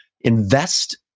invest